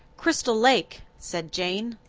crystal lake, said jane.